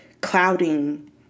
clouding